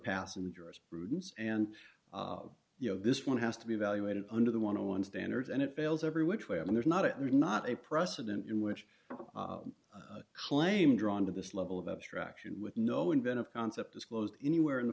passengers prudence and you know this one has to be evaluated under the want to one standard and it fails every which way and there's not a not a precedent in which the claim drawn to this level of abstraction with no inventive concept disclosed anywhere in the